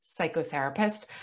psychotherapist